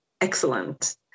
excellent